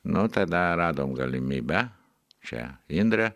nu tada radom galimybę čia indrė